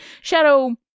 shadow